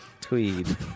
Tweed